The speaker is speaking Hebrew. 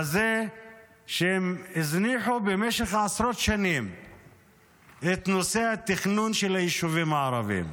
בזה שהם הזניחו במשך עשרות שנים את נושא התכנון של היישובים הערביים.